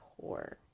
poor